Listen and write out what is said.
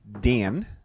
Dan